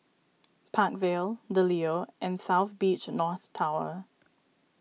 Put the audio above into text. Park Vale the Leo and South Beach North Tower